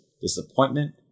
disappointment